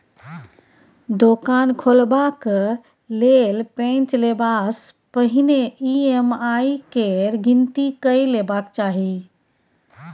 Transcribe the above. दोकान खोलबाक लेल पैंच लेबासँ पहिने ई.एम.आई केर गिनती कए लेबाक चाही